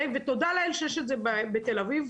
ותודה לאל שיש את זה בתל אביב.